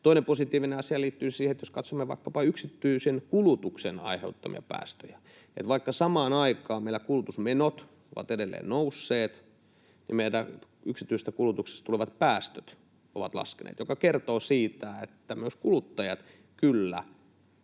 Toinen positiivinen asia liittyy siihen, jos katsomme vaikkapa yksityisen kulutuksen aiheuttamia päästöjä, että vaikka samaan aikaan meillä kulutusmenot ovat edelleen nousseet, niin meidän yksityisestä kulutuksesta tulevat päästöt ovat laskeneet, joka kertoo siitä, että myös kuluttajat kyllä